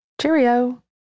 Cheerio